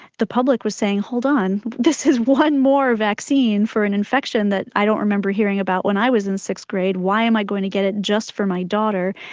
the public was saying, hold on, this is one more vaccine for an infection that i don't remember hearing about when i was in sixth-grade, why am i going to get it just for my daughter?